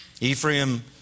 Ephraim